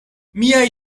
miaj